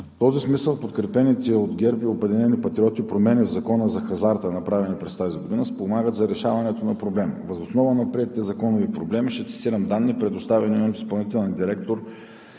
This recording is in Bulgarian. В този смисъл подкрепените от ГЕРБ и „Обединени патриоти“ промени в Закона за хазарта, направени през тази година, спомагат за решаването на проблема.“ Въз основа на приетите законови промени ще цитирам данни, предоставени ми от изпълнителния директор